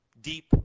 deep